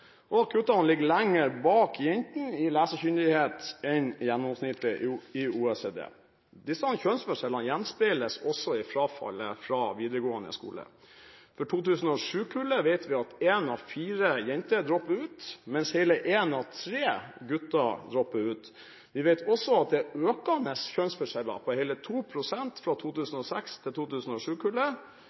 og at guttene ligger lenger bak jentene i lesekyndighet enn gjennomsnittet i OECD. Disse kjønnsforskjellene gjenspeiles også i frafallet fra videregående skole. For 2007-kullet vet vi at én av fire jenter dropper ut, mens hele én av tre gutter dropper ut. Vi vet også at det er økende kjønnsforskjeller på hele 2 pst. fra 2006- til